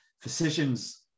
Physicians